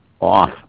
off